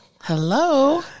Hello